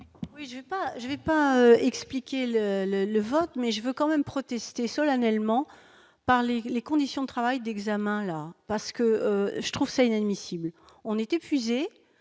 pas je vais pas expliquer le le le vote mais je veux quand même protesté solennellement par les les conditions de travail d'examen là parce que je trouve ça inadmissible on est épuisé,